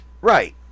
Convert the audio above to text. Right